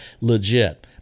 legit